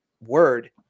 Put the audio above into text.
word